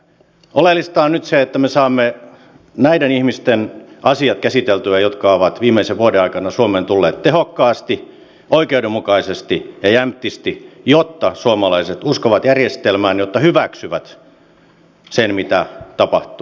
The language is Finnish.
oleellista on nyt se että me saamme käsiteltyä näiden ihmisten asiat jotka ovat viimeisen vuoden aikana suomeen tulleet tehokkaasti oikeudenmukaisesti ja jämptisti jotta suomalaiset uskovat järjestelmään jotta hyväksyvät sen mitä tapahtuu